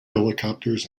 helicopters